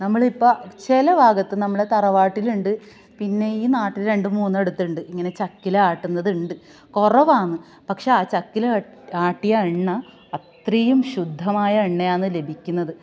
നമ്മളിപ്പം ചില ഭാഗത്ത് നമ്മളെ തറവാട്ടിലുണ്ട് പിന്നെയീ നാട്ടില് രണ്ടുമൂന്നിടത്തുണ്ട് ഇങ്ങനെ ചക്കിലാട്ടുന്നതുണ്ട് കുറവാന്ന് പക്ഷെയാ ചക്കിൽ ആട്ടിയ എണ്ണ അത്രേം ശുദ്ധമായ എണ്ണയാന്ന് ലഭിക്കുന്നത്